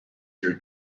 your